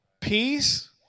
peace